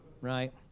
right